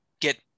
get